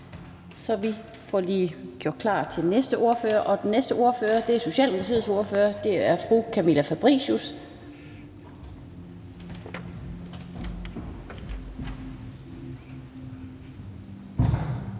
Vi får lige gjort klar til den næste ordfører. Den næste ordfører er Socialdemokratiets ordfører, fru Camilla Fabricius.